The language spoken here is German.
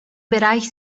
bereich